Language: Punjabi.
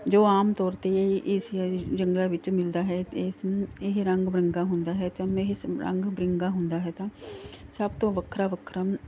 ਜੋ ਆਮ ਤੌਰ 'ਤੇ ਏਸ਼ੀਆ ਦੇ ਜੰਗਲਾਂ ਵਿੱਚ ਮਿਲਦਾ ਹੈ ਅਤੇ ਇਸਨੂੰ ਇਹ ਰੰਗ ਬਰੰਗਾ ਹੁੰਦਾ ਹੈ ਅਤੇ ਮੈਂ ਇਸ ਰੰਗ ਬਰੰਗਾ ਹੁੰਦਾ ਹੈ ਤਾਂ ਸਭ ਤੋਂ ਵੱਖਰਾ ਵੱਖਰਾ